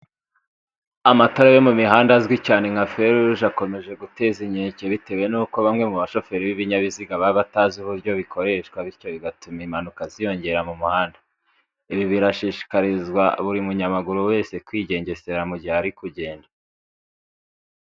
Amatara yo mu mihanda azwi cyane nka feruje, akomeje guteza inkeke bitewe nuko bamwe mu bashoferi b'ibinyabiziga baba batazi uburyo bikoreshwa, bityo bigatuma impanuka ziyongera mu muhanda. Ibi birashishikarizwa buri munyamaguru wese kwigengesera mu gihe ari kugenda.